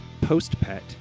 post-pet